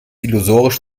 illusorisch